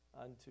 unto